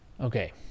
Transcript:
Okay